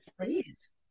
please